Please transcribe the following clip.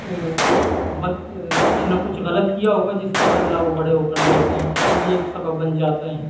بت کچھ نہ کچھ غلط کیا ہوگا جس کا بدلہ وہ بڑے ہو کر لیتے ہیں وہ بھی ایک سبب بن جاتے ہیں